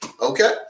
Okay